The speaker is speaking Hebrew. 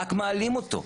רק מעלים אותו.